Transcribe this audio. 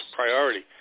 priority